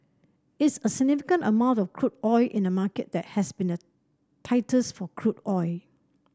it's a significant amount of crude oil in a market that has been the tightest for crude oil